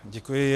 Děkuji.